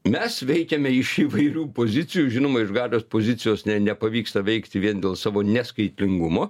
mes veikiame iš įvairių pozicijų žinoma iš galios pozicijos ne nepavyksta veikti vien dėl savo neskaitlingumo